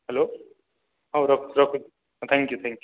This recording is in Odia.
ହ୍ୟାଲୋ ହଉ ରଖ ରଖ ଥ୍ୟାଙ୍କ୍ ୟୁ ଥ୍ୟାଙ୍କ୍ ୟୁ